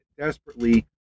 desperately